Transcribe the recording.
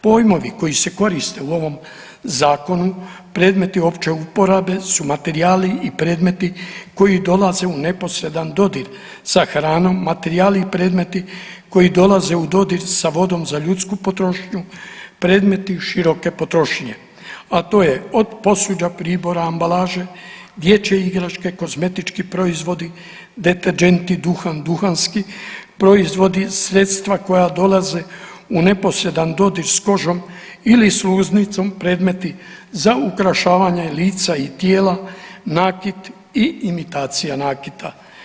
Pojmovi koji se koriste u ovom zakonu predmeti opće uporabe su materijali i predmeti koji dolaze u neposredan dodir sa hranom, materijali i predmeti koji dolaze u dodir sa vodom za ljudsku potrošnju, predmeti široke potrošnje a to je od posuđa, pribora, ambalaže, dječje igračke, kozmetički proizvodi, deterdženti, duhan, duhanski proizvodi, sredstva koja dolaze u neposredan dodir sa kožom ili sluznicom, predmeti za ukrašavanje lica i tijela, nakit i imitacija nakita.